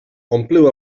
ompliu